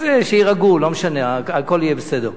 אז שיירגעו, לא משנה, הכול יהיה בסדר.